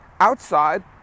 outside